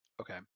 Okay